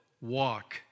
walk